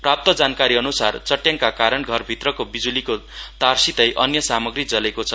प्राप्त जानकारी अन्सार चट्याङका कारण घरभित्रको बिज्लीको तारसितै अन्य सामग्री जलेको छ